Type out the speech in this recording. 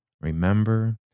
Remember